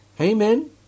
Amen